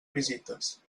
visites